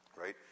right